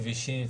כבישים,